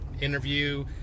interview